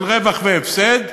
של רווח והפסד,